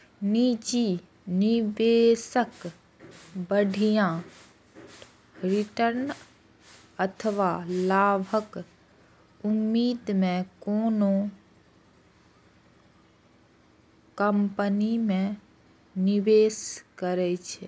निजी निवेशक बढ़िया रिटर्न अथवा लाभक उम्मीद मे कोनो कंपनी मे निवेश करै छै